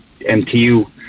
MTU